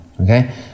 okay